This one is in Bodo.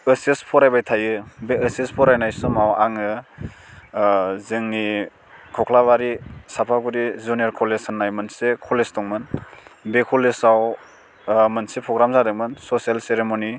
ओइस एस फरायबाय थायो बे ओइस एस फरायनाय समाव आङो जोंनि खख्लाबारि सापागुरि जुनियर कलेज होन्नाय मोनसे कलेज दंमोन बे कलेजआव मोनसे प्रग्राम जादोंमोन ससियेल सेरिम'नि